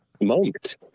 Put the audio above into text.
moment